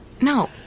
No